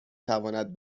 تواند